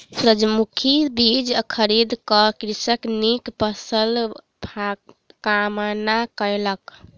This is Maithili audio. सूरजमुखी बीज खरीद क कृषक नीक फसिलक कामना कयलक